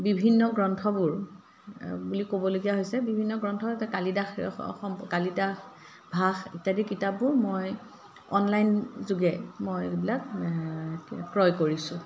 বিভিন্ন গ্ৰন্থবোৰ বুলি ক'বলগীয়া হৈছে বিভিন্ন গ্ৰন্থ কালিদাস কালিদাস ভাস ইত্যাদি কিতাপবোৰ মই অনলাইনযোগে মই এইবিলাক ক্ৰয় কৰিছোঁ